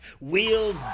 wheels